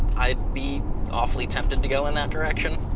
i'd be awfully tempted to go in that direction.